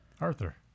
Arthur